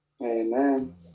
Amen